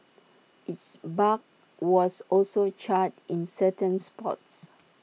its bark was also charred in certain spots